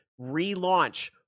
Relaunch